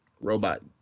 robot